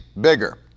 bigger